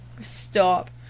Stop